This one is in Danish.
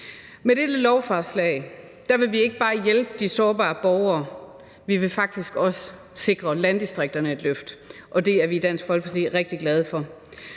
Med dette lovforslag vil vi ikke bare hjælpe de sårbare borgere, vi vil faktisk også sikre landdistrikterne et løft, og det er vi i Dansk Folkeparti rigtig glade for.